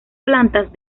plantas